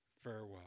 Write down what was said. Farewell